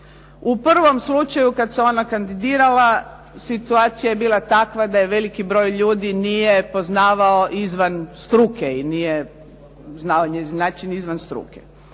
U prvom slučaju kad se ona kandidirala situacija je bila takva da je veliki broj ljudi nije poznavao izvan struke i nije znao njezin način izvan struke.